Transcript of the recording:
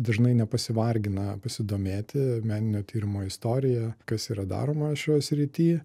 dažnai nepasivargina pasidomėti meninio tyrimo istorija kas yra daroma šioj srity